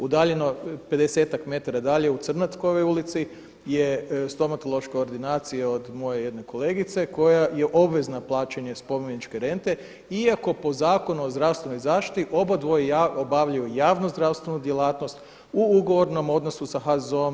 Udaljeno pedesetak metara dalje u Crnatkovoj ulici je stomatološka ordinacija od moje jedne kolegice koja je obvezna plaćanja spomeničke rente iako po Zakonu o zdravstvenoj zaštiti obadvoje obavljaju javno-zdravstvenu djelatnost u ugovornom odnosu sa HZZ-om.